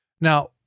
Now